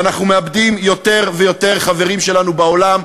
ואנחנו מאבדים יותר ויותר חברים שלנו בעולם,